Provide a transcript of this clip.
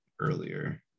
earlier